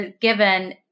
given